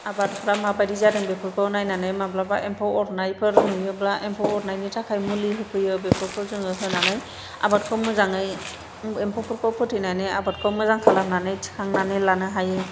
आबादफ्रा माबायदि जादों बेफोरखौ नायनानै माब्लाबा एम्फौ अरनायफोर नुयोब्ला एम्फौ अरनायनि थाखाय मुलि होफैयो बेफोरखौ जोङो होनानै आबादखौ मोजाङै एम्फौफोरखौ फोथैनानै आबादखौ मोजां खालामनानै थिखांनानै लानो हायो